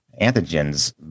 antigens